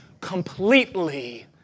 completely